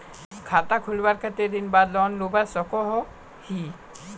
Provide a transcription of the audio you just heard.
खाता खोलवार कते दिन बाद लोन लुबा सकोहो ही?